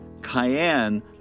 cayenne